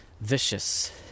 Vicious